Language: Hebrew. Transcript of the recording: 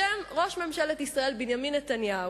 בשם ראש ממשלת ישראל בנימין נתניהו,